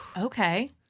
Okay